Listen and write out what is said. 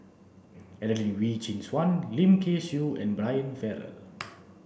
Adelene Wee Chin Suan Lim Kay Siu and Brian Farrell